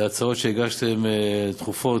ההצעות שהגשתם, הדחופות,